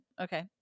okay